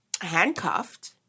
handcuffed